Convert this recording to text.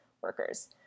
workers